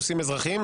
נושאים אזרחיים,